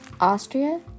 Austria